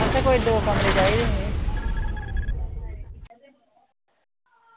असें कोई दो कमरे चाहिदे हे